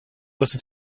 listen